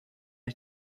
ich